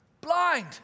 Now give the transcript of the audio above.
blind